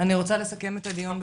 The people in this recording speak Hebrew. אני רוצה לסכם את הדיון בבקשה.